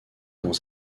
dans